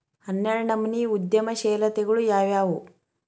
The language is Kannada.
ಹನ್ನೆರ್ಡ್ನನಮ್ನಿ ಉದ್ಯಮಶೇಲತೆಗಳು ಯಾವ್ಯಾವು